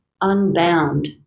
unbound